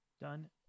Done